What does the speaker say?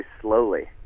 slowly